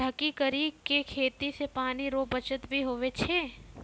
ढकी करी के खेती से पानी रो बचत भी हुवै छै